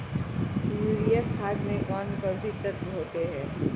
Urea खाद में कौन कौन से तत्व होते हैं?